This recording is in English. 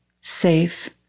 safe